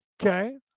Okay